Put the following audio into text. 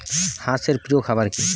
হাঁস এর প্রিয় খাবার কি?